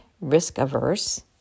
risk-averse